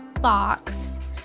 box